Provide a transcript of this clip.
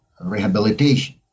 rehabilitation